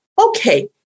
okay